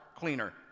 Cleaner